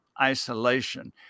isolation